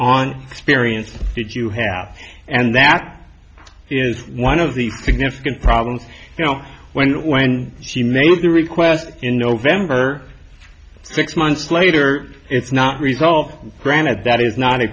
on experience did you have and that is one of the significant problems when when she made the request in november six months later it's not resolved granted that is not a